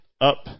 up